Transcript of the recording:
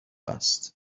است